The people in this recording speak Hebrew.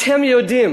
אתם יודעים